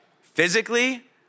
physically